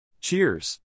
Cheers